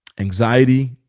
Anxiety